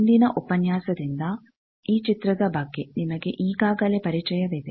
ಹಿಂದಿನ ಉಪನ್ಯಾಸದಿಂದ ಈ ಚಿತ್ರದ ಬಗ್ಗೆ ನಿಮಗೆ ಈಗಾಗಲೇ ಪರಿಚಯವಿದೆ